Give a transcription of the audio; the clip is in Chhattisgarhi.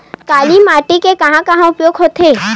काली माटी के कहां कहा उपयोग होथे?